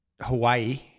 Hawaii